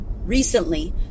recently